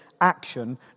action